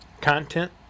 content